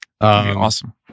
awesome